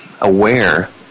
aware